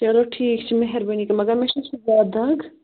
چلو ٹھیٖک چھُ مہربٲنی کٔر مگر مےٚ چھُ زیادٕ دَگ